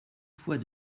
fois